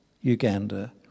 Uganda